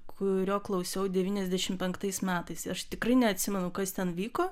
kurio klausiau devyniasdešim penktais metais aš tikrai neatsimenu kas ten vyko